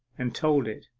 and told it.